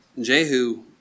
Jehu